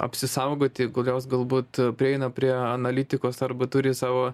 apsisaugoti kokios galbūt prieina prie analitikos arba turi savo